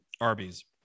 Arby's